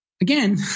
again